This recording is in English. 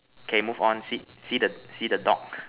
okay move on see see the see the dog